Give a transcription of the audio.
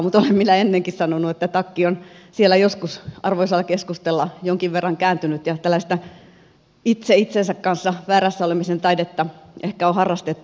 mutta olen minä ennenkin sanonut että takki on siellä joskus arvoisalla keskustalla jonkin verran kääntynyt ja tällaista itse itsensä kanssa väärässä olemisen taidetta ehkä on harrastettu